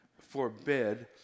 forbid